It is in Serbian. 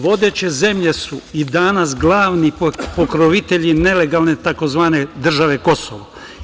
Vodeće zemlje su i danas glavni pokrovitelji nelegalne tzv. države Kosovo.